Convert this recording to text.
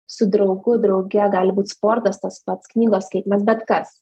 su draugu drauge gali būt sportas tas pats knygos skaitymas bet kas